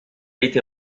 été